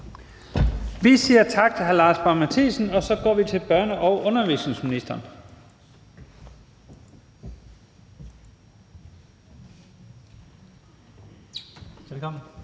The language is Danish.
Vi siger tak til hr. Lars Boje Mathiesen. Og så er det børne- og undervisningsministeren.